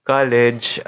College